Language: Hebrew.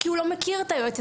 כי הוא לא מכיר את היועצת,